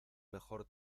mejor